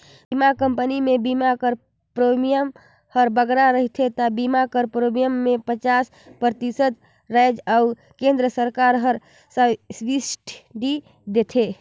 बीमा कंपनी में बीमा कर प्रीमियम हर बगरा रहथे ता बीमा कर प्रीमियम में पचास परतिसत राएज अउ केन्द्र सरकार हर सब्सिडी देथे